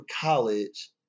college